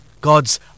God's